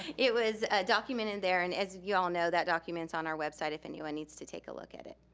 it was documented there, and as you all know, that document's on our website if and anyone and needs to take a look at it.